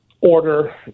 order